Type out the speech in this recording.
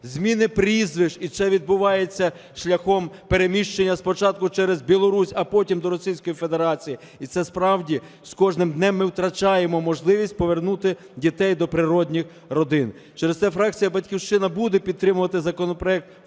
зміни прізвищ. І це відбувається шляхом переміщення спочатку через Білорусь, а потім до Російської Федерації, і це справді з кожним днем ми втрачаємо можливість повернути дітей до природних родин. Через те фракція "Батьківщина" буде підтримувати законопроект в першому